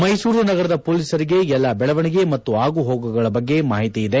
ಮೈಸೂರು ನಗರದ ಪೊಲೀಸರಿಗೆ ಎಲ್ಲಾ ಬೆಳವಣಿಗೆ ಮತ್ತು ಆಗು ಹೋಗುಗಳ ಬಗ್ಗೆ ಮಾಹಿತಿ ಇದೆ